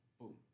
Boom